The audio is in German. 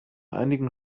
einigen